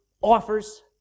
offers